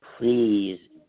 Please